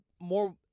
more